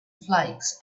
flakes